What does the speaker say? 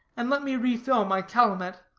and let me refill my calumet.